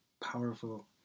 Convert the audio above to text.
powerful